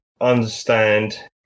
understand